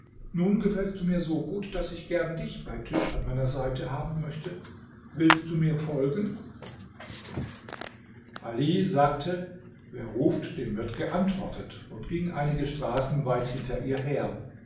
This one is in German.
nun gefällst du mir so gut daß ich gern dich bei tisch an meiner seite haben möchte willst du mir folgen au sagte wer ruft dem wird geantwortet und ging einige straßen weit hinter ihr her